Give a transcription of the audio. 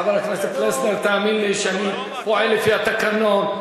חבר הכנסת פלסנר, תאמין לי שאני פועל לפי התקנון.